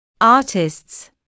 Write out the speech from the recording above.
Artists